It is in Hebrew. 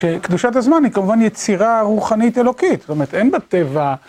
קדושת הזמן היא כמובן יצירה רוחנית אלוקית, זאת אומרת אין בטבע...